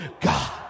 God